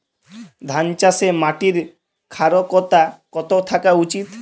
ধান চাষে মাটির ক্ষারকতা কত থাকা উচিৎ?